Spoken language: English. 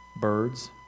birds